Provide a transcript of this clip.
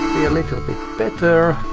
little bit better.